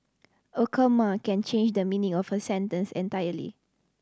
a comma can change the meaning of a sentence entirely